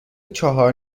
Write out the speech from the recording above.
چهار